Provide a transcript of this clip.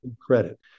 credit